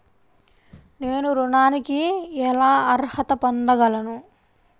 నేను ఋణానికి ఎలా అర్హత పొందగలను?